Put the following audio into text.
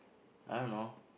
I don't know